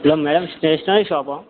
hello madam stationery షాపా